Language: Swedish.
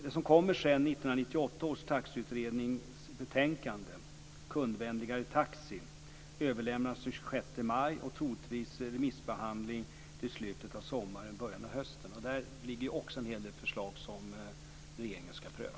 Det som kom i 1998 års taxiutrednings betänkande Kundvänligare taxi överlämnades i den 26 maj. Troligen blir det remissbehandling i slutet av sommaren, början på hösten. Där ligger en hel del förslag som regeringen skall pröva.